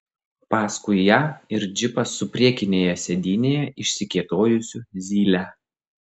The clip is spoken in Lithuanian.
paskui ją ir džipas su priekinėje sėdynėje išsikėtojusiu zyle